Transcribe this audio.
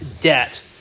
debt